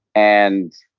and